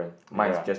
different ah